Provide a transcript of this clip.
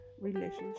relationship